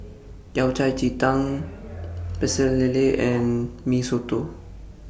Yao Cai Ji Tang Pecel Lele and Mee Soto